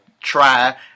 try